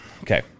okay